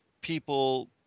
people